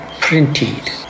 printed